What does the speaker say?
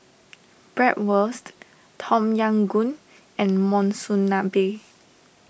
Bratwurst Tom Yam Goong and Monsunabe